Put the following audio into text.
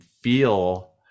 feel